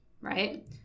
right